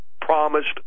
promised